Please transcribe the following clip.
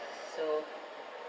so